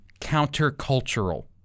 countercultural